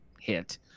hit